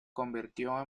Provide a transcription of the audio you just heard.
convirtió